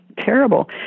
terrible